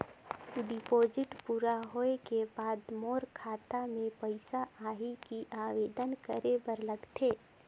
Deposit पूरा होय के बाद मोर खाता मे पइसा आही कि आवेदन करे बर लगथे?